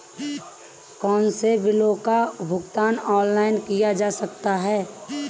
कौनसे बिलों का भुगतान ऑनलाइन किया जा सकता है?